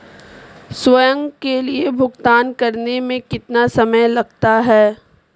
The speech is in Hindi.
स्वयं के लिए भुगतान करने में कितना समय लगता है?